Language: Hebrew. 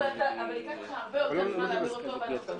אבל ייקח לך הרבה יותר זמן לעשות אותו --- לא,